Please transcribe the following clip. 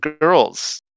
girls